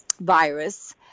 virus